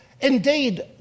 Indeed